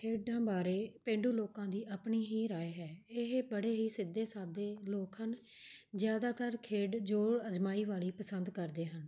ਖ਼ੇਡਾਂ ਬਾਰੇ ਪੇਂਡੂ ਲੋਕਾਂ ਦੀ ਆਪਣੀ ਹੀ ਰਾਏ ਹੈ ਇਹ ਬੜੇ ਹੀ ਸਿੱਧੇ ਸਾਧੇ ਲੋਕ ਹਨ ਜ਼ਿਆਦਾਤਰ ਖੇਡ ਜੋ ਅਜ਼ਮਾਈ ਵਾਲੀ ਪਸੰਦ ਕਰਦੇ ਹਨ